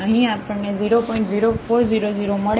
0400 મળે છે